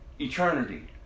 Eternity